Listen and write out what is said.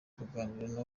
kuganira